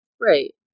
Right